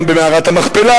גם במערת המכפלה,